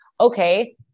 okay